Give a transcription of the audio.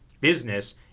business